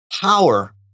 power